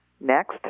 next